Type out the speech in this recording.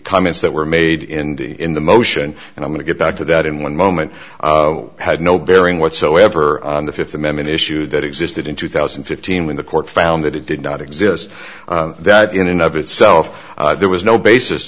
comments that were made in the in the motion and i'm going to get back to that in one moment had no bearing whatsoever on the th amendment issue that existed in two thousand and fifteen when the court found that it did not exist that in and of itself there was no basis